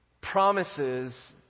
promises